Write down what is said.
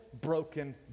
broken